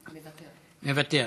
מוותר.